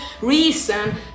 reason